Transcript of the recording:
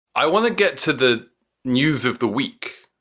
i want to get to the news of the week,